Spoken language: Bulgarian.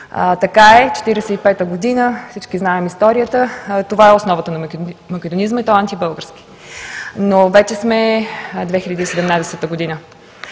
Така е – 1945 г., всички знаем историята, това е основата на македонизма, и то антибългарски. Но вече сме 2017 г.